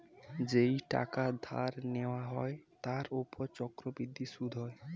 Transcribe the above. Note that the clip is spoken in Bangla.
যেই টাকা ধার নেওয়া হয় তার উপর চক্রবৃদ্ধি সুদ হয়